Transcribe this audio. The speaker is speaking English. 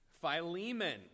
Philemon